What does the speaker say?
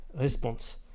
response